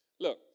Look